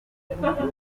dukwirakwiza